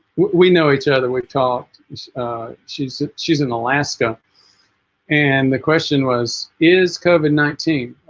we know each other we talked she's she's in alaska and the question was is covid nineteen